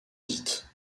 dites